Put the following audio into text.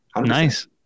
Nice